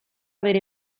bere